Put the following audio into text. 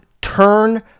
turn